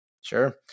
Sure